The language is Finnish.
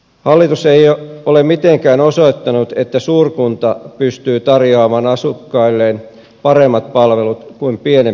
hallitus ei ole mitenkään osoittanut että suurkunta pystyy tarjoamaan asukkailleen paremmat palvelut kuin pienempi kunta